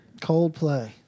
Coldplay